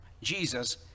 Jesus